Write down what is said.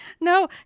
No